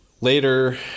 later